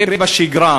שבשגרה,